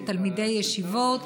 לתלמידי ישיבות,